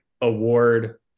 award